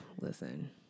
Listen